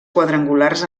quadrangulars